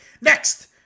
Next